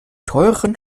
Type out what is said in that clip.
teuren